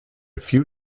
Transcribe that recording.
few